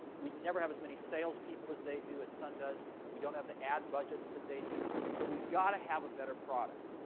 we never have as many salespeople as they do, as sun does. we don't have the ad budgets that they do. so we've got to have a better product.